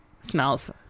smells